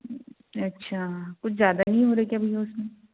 अच्छा कुछ ज़्यादा ही हो रहा है क्या भैया उसमें